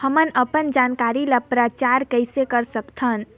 हमन अपन जानकारी ल प्रचार कइसे कर सकथन?